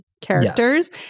characters